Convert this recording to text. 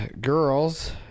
girls